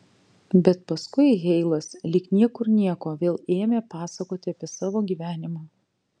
bet paskui heilas lyg niekur nieko vėl ėmė pasakoti apie savo gyvenimą